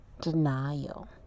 denial